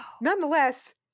Nonetheless